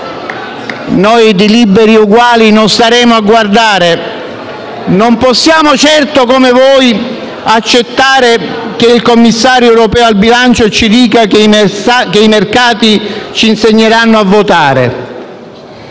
Noi di Liberi e Uguali non staremo a guardare. Non possiamo certo, come voi, accettare che il commissario europeo al bilancio ci dica che i mercati ci insegneranno a votare.